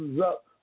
up